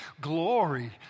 glory